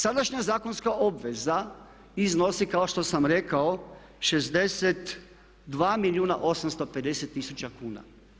Sadašnja zakonska obveza iznosi kao što sam rekao 62 milijuna i 850 tisuća kuna.